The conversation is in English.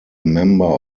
member